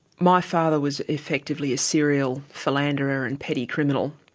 my father was effectively a serial philanderer and petty criminal,